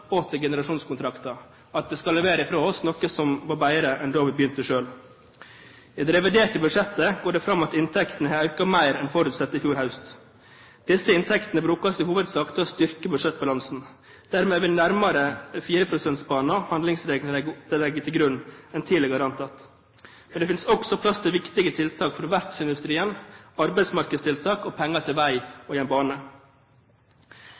at vi skal levere fra oss noe som er bedre enn da vi begynte selv. I det reviderte budsjettet går det fram at inntektene har økt mer enn forutsatt i fjor høst. Disse inntektene brukes i hovedsak til å styrke budsjettbalansen. Dermed er vi nærmere 4 pst.-banen som handlingsregelen legger til grunn, enn tidligere antatt. Men det finnes også plass til viktige tiltak for verftsindustrien, arbeidsmarkedstiltak og penger til